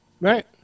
Right